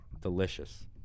Delicious